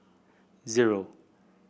zero